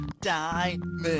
diamond